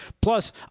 Plus